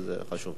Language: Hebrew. וזה חשוב.